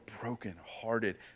brokenhearted